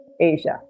Asia